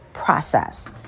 process